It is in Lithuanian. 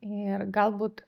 ir galbūt